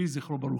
יהי זכרו ברוך.